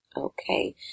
Okay